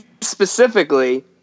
specifically